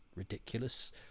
ridiculous